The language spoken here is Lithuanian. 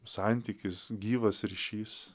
santykis gyvas ryšys